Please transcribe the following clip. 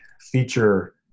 feature